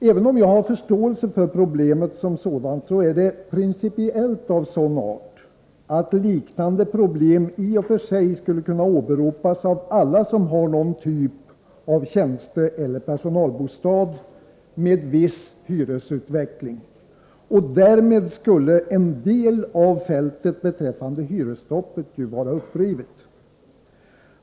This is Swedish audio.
Även om jag har förståelse för problemet som sådant, är det principiellt av den arten att liknande problem i och för sig skulle kunna åberopas av alla som har någon typ av tjänsteeller personalbostad med viss hyresutveckling. Därmed skulle en del av fältet beträffande hyresstoppet vara upprivet.